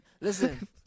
listen